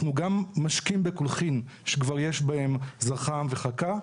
אנחנו גם משקים בקולחין שכבר יש בהם זרחן וחקה,